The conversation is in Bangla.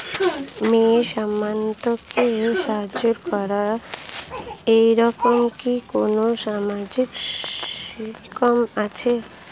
মেয়ে সন্তানকে সাহায্য করে এরকম কি কোনো সামাজিক স্কিম আছে?